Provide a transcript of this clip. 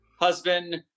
Husband